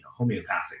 Homeopathic